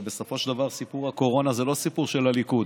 בסופו של דבר סיפור הקורונה זה לא סיפור של הליכוד.